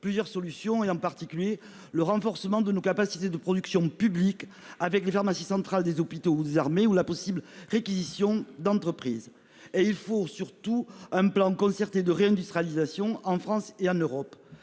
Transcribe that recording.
plusieurs solutions et en particulier le renforcement de nos capacités de production publique avec la pharmacie centrale des hôpitaux des armées ou la possible réquisition d'entreprises et il faut surtout un plan concerté de réindustralisation en France et en Europe.